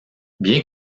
bien